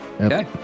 Okay